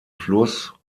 fluss